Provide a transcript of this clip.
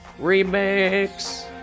Remix